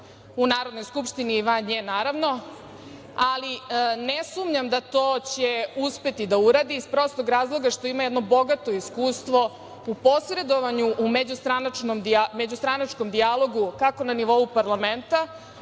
u Narodnoj skupštini i van nje, naravno, ali ne sumnjam da će to uspeti da uradi iz prostog razloga što ima jedno bogato iskustvo u posredovanju u međustranačkom dijalogu, kako na nivou parlamenta,